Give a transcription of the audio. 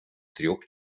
трёх